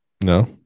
No